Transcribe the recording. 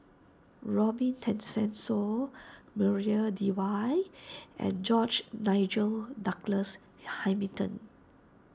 Robin Tessensohn Maria Dyer and George Nigel Douglas Hamilton